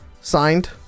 Signed